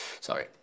sorry